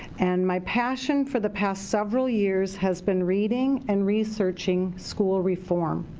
and my passion for the past several years has been reading and researching school reform.